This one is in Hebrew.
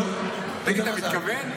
תגיד, אתה מתכוון?